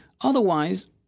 Otherwise